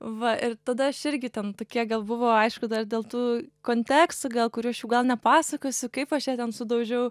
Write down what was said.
va ir tada aš irgi ten tokie gal buvo aišku dar dėl tų kontekstų gal kurių jau aš gal nepasakosiu kaip aš ją ten sudaužiau